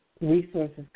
Resources